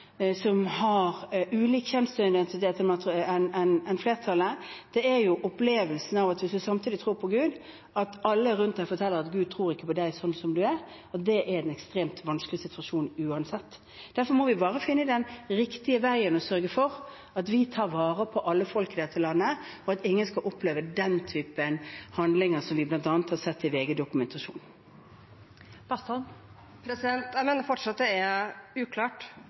som har en kjønnsidentitet som er ulik flertallets, hvis de samtidig tror på Gud, er opplevelsen av at alle rundt dem forteller at Gud ikke tror på dem slik som de er. Det er en ekstremt vanskelig situasjon uansett. Derfor må vi bare finne den riktige veien og sørge for at vi tar vare på alle folk i dette landet, og at ingen skal oppleve den typen handlinger som vi bl.a. har sett i VG-dokumentaren. Jeg mener fortsatt det er uklart